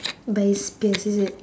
by his peers is it